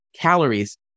calories